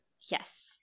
Yes